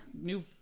new